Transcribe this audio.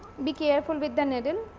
be careful with the needle.